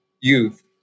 youth